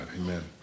Amen